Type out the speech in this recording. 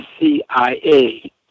CIA